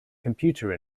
computer